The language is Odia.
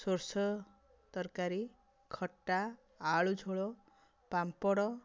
ସୋରିଷ ତରକାରୀ ଖଟା ଆଳୁଝୋଳ ପାମ୍ପଡ଼